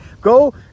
go